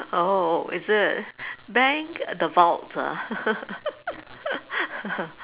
oh is it bank the vault ah